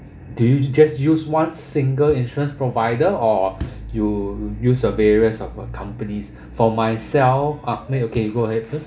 do you just use one single insurance provider or you use a various of companies for myself ah you okay go ahead first